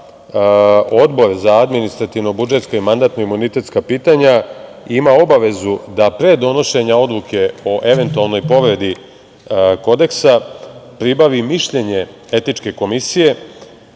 Odbor za administrativno-budžetska i mandatno-imunitetska pitanja ima obavezu da pre donošenja odluke o eventualnoj, povredi kodeksa pribavi mišljenje etičke komisije